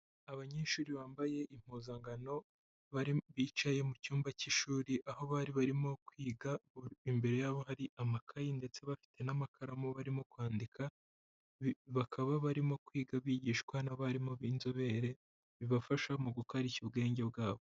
Abanyeshuri bambaye impuzankano, bicaye mu cyumba cy'ishuri, aho bari barimo kwiga, imbere yabo hari amakayi, ndetse bafite n'amakaramu barimo kwandika, bakaba barimo kwiga bigishwa n'abarimu b'inzobere, bibafasha mu gukarishya ubwenge bwabo.